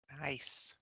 nice